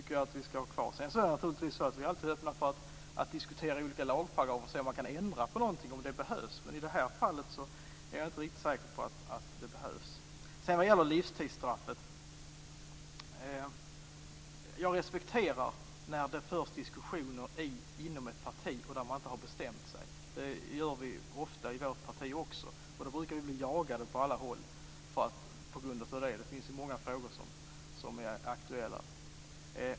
Vi är alltid öppna för att diskutera lagparagrafer och för att ändra på någonting, om det behövs, men i det här fallet är jag inte säker på att det behövs. När det gäller livstidsstraffet respekterar jag att det förs diskussioner inom ett parti innan man har bestämt sig. Det gör vi ofta också i vårt parti, och vi brukar då jagas från alla håll. Det finns många sådana frågor som är aktuella.